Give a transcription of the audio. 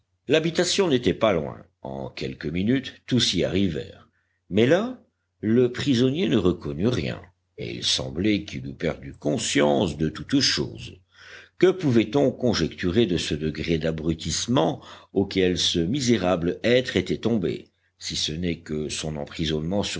l'habitation n'était pas loin en quelques minutes tous y arrivèrent mais là le prisonnier ne reconnut rien et il semblait qu'il eût perdu conscience de toutes choses que pouvaiton conjecturer de ce degré d'abrutissement auquel ce misérable être était tombé si ce n'est que son emprisonnement